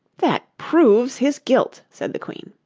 that proves his guilt said the queen.